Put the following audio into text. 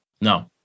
No